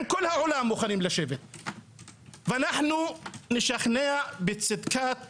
עם כל העולם מוכנים לשבת ונשכנע בצדקת דרכנו,